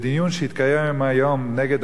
לדיון שהתקיים היום בוועדה למעמד האשה נגד